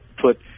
put